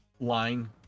line